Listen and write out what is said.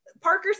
parker